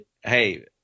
hey